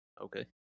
Okay